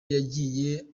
yagiye